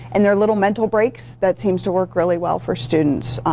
and their little mental breaks that seems to work really well for students.